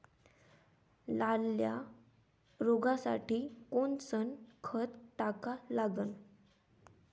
लाल्या रोगासाठी कोनचं खत टाका लागन?